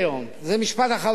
זה משפט אחרון, אדוני.